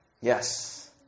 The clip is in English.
Yes